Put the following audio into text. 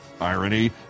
irony